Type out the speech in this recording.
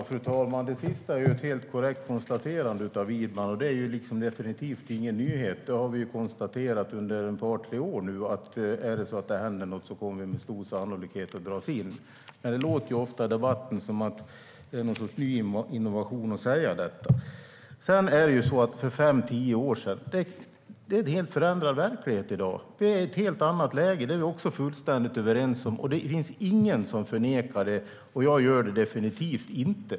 Fru talman! Det sista är ett helt korrekt konstaterande av Widman. Men det är definitivt ingen nyhet. Är det så att det händer något kommer vi med stor sannolikhet att dras in. Det har vi konstaterat under ett par tre år. Det låter ofta i debatten som att det skulle vara någon sorts ny innovation att säga detta. Jämfört med för fem tio år sedan är det en helt förändrad verklighet i dag. Vi är i ett helt annat läge. Det är vi fullständigt överens om. Det finns ingen som förnekar det, och jag gör det definitivt inte.